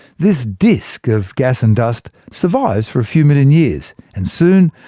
this disc of gas and dust survives for a few million years. and soon,